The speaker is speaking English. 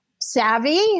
savvy